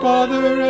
Father